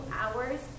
hours